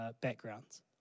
backgrounds